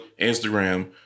Instagram